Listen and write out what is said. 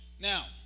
Now